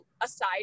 aside